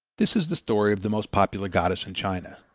this is the story of the most popular goddess in china.